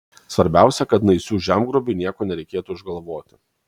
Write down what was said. svarbiausia kad naisių žemgrobiui nieko nereikėtų išgalvoti